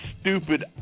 stupid